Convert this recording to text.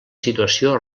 situació